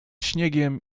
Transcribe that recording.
śniegiem